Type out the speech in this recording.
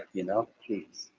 you know, geez,